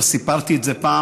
כבר סיפרתי את זה פעם,